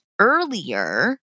earlier